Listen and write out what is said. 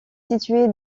situé